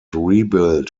rebuilt